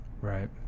Right